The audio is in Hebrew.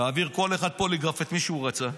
להעביר כל אחד פוליגרף, את מי שהוא רצה,